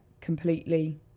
completely